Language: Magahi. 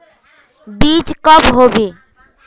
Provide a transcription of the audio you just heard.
बीज कब होबे?